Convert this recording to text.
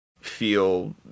feel